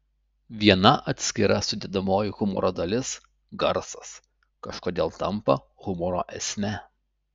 viena atskira sudedamoji humoro dalis garsas kažkodėl tampa humoro esme